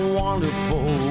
wonderful